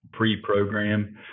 pre-program